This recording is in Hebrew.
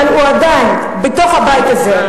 אבל הוא עדיין בתוך הבית הזה,